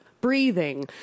breathing